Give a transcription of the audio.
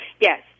Yes